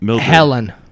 Helen